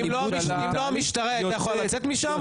אם לא המשטרה, היא הייתה יכולה לצאת משם?